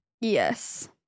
Yes